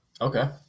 Okay